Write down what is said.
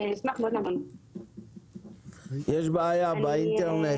אני אשמח מאוד --- יש בעיה באינטרנט.